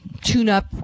tune-up